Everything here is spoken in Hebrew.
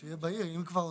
שיהיה בהיר, אם כבר עשינו,